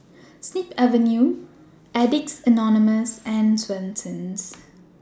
Snip Avenue Addicts Anonymous and Swensens